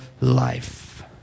life